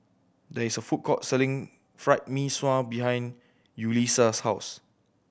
there is a food court selling Fried Mee Sua behind Yulisa's house